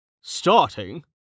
Starting